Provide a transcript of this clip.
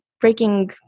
breaking